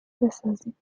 بسازیم